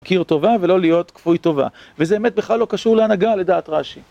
להוקיר טובה ולא להיות כפוי טובה, וזה באמת בכלל לא קשור להנהגה לדעת רש"י.